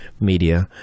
media